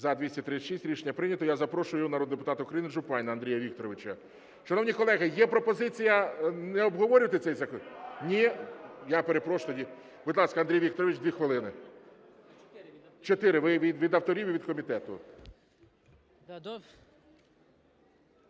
За-236 Рішення прийнято. Я запрошую народного депутата України Жупанина Андрія Вікторовича. Шановні колеги, є пропозиція не обговорювати цей закон. Ні? Я перепрошую, тоді. Будь ласка, Андрій Вікторович, 2 хвилини, 4 – ви і від авторів, і від комітету.